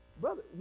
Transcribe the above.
brother